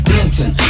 Dancing